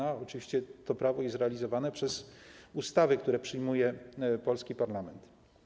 Oczywiście to prawo jest realizowane przez ustawy, które przyjmuje polski parlament.